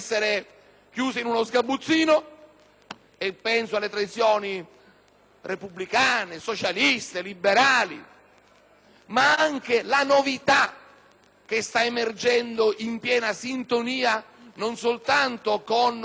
Penso alle tradizioni repubblicane, socialiste, liberali, ma anche alla novità che sta emergendo in piena sintonia non soltanto con la nostra Costituzione formale,